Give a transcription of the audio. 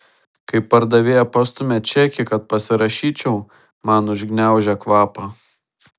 kai pardavėja pastumia čekį kad pasirašyčiau man užgniaužia kvapą